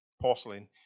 porcelain